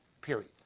period